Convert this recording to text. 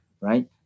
right